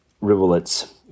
rivulets